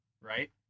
Right